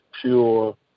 pure